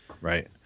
Right